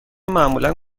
معمولا